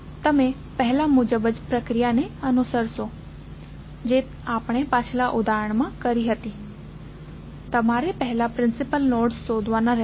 તમે પેહલા મુજબ જ પ્રક્રિયાને અનુસરશો જે આપણે પાછલા ઉદાહરણમાં કરી હતી તમારે પહેલા પ્રિન્સિપલ નોડ્સ શોધવાના રહેશે